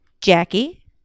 Jackie